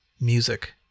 music